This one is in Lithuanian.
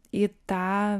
į tą